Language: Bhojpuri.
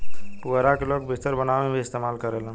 पुआरा के लोग बिस्तर बनावे में भी इस्तेमाल करेलन